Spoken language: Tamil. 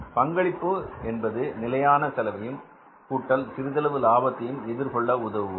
பங்களிப்பு என்பது நிலையான செலவையும் கூட்டல் சிறிதளவு லாபத்தையும் எதிர் கொள்ள உதவுவது